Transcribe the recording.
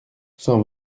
sans